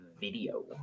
video